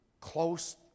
close